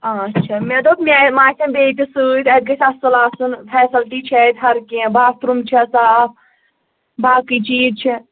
آچھا مےٚ دوٚپ مےٚ ما آسن بیٚیہِ تہِ سۭتۍ اَتہِ گژھِ اَصٕل آسُن فیسَلٹی چھےٚ اَتہِ ہر کینٛہہ باتھ روٗم چھا صاف باقٕے چیٖز چھِ